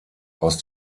aus